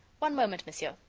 one moment, monsieur.